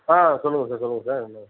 ஆ சொல்லுங்கள் சார் சொல்லுங்கள் சார் என்ன